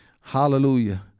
Hallelujah